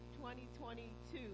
2022